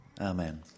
Amen